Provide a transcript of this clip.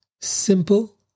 simple